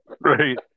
Right